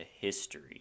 history